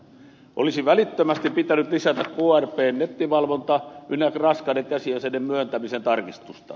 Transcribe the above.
olisi välittömästi pitänyt lisätä krpn nettivalvontaa ynnä raskaiden käsiaseiden myöntämisen tarkistusta